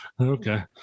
Okay